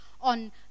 on